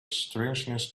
strangeness